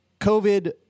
COVID